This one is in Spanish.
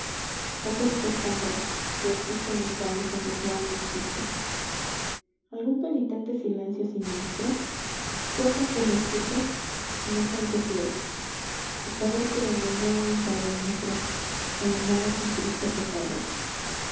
platónico estambre que existe en el cáliz donde tu alma existe algún penitente silencio siniestro tú acaso lo escuchas inocente flor y saber que donde no hay un padrenuestro el amor es un cristo pecador